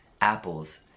apples